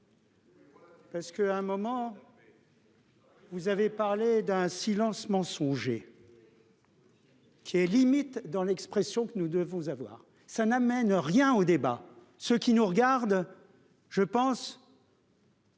Parce que à un moment. Vous avez parlé d'un silence mensonger. Qui est limite dans l'expression que nous devons avoir ça n'amène rien au débat. Ceux qui nous regardent. Je pense.